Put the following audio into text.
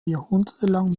jahrhundertelang